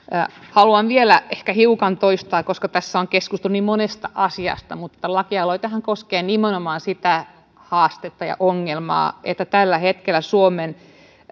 haluan vielä ehkä hiukan toistaa koska tässä on keskusteltu niin monesta asiasta lakialoitehan koskee nimenomaan sitä haastetta ja ongelmaa että tällä hetkellä suomen